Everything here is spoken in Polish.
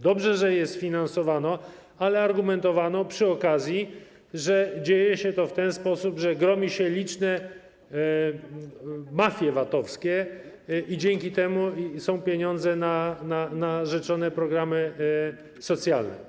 Dobrze, że je sfinansowano, ale argumentowano przy okazji, że dzieje się to w ten sposób, że gromi się liczne mafie VAT-owskie i dzięki temu są pieniądze na rzeczone programy socjalne.